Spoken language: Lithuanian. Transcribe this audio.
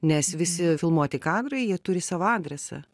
nes visi filmuoti kadrai jie turi savo adresą